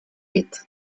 pit